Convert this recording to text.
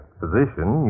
physician